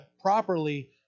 properly